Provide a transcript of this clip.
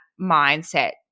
mindset